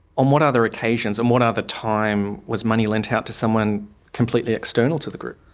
on what other occasions and what other time was money lent out to someone completely external to the group?